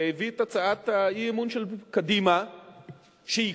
שהביא את הצעת האי-אמון של קדימה שעיקרה,